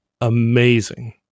amazing